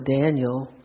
Daniel